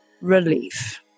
relief